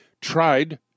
tried